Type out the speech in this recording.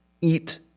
eat